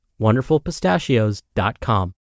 wonderfulpistachios.com